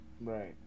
Right